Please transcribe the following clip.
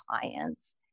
clients